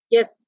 Yes